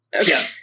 Okay